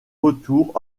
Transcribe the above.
retour